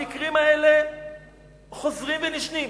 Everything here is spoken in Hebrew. המקרים האלה חוזרים ונשנים.